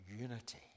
unity